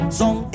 song